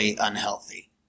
unhealthy